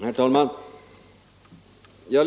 Herr talman!